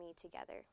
together